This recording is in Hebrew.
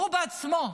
והוא בעצמו,